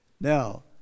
Now